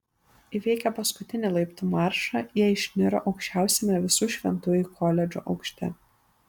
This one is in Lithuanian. įveikę paskutinį laiptų maršą jie išniro aukščiausiame visų šventųjų koledžo aukšte